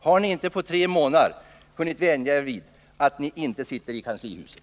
Har ni inte på tre år hunnit vänja er vid att ni inte sitter i kanslihuset?